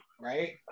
right